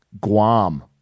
Guam